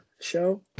show